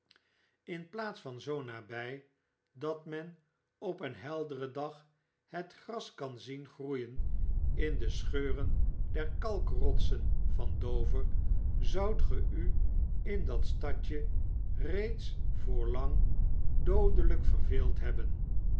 in plaats van zoo nabij dat men op een helderen dag het gras kan zien groeien in de scheuren der lalkrotsen van dover zoudt ge u in dat stadje reeds voor lang doodelijk verveeld hebben